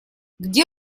где